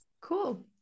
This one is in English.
Cool